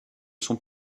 sont